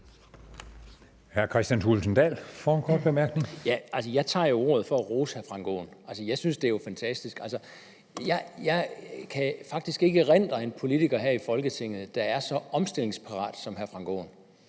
Jeg tager ordet for at rose hr. Frank Aaen. Jeg synes jo, det er fantastisk. Jeg kan faktisk ikke erindre en politiker her i Folketinget, der er så omstillingsparat som hr. Frank Aaen.